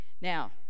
Now